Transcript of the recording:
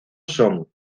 son